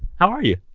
how are you?